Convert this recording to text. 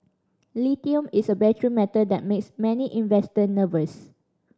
Lithium is a battery metal that makes many investor nervous